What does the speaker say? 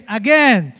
again